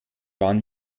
waren